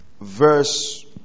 verse